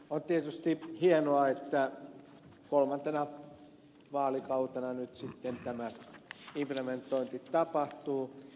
on tietysti hienoa että kolmantena vaalikautena nyt sitten tämä implementointi tapahtuu